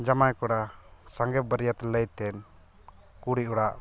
ᱡᱟᱢᱟᱭ ᱠᱚᱲᱟ ᱥᱟᱸᱜᱮ ᱵᱟᱹᱨᱭᱟᱹᱛ ᱞᱟᱹᱭᱛᱮ ᱠᱩᱲᱤ ᱚᱲᱟᱜ